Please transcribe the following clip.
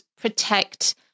protect